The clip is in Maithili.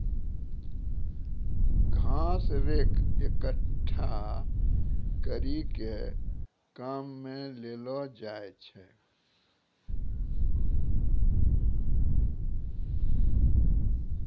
घास रेक एकठ्ठा करी के काम मे लैलो जाय छै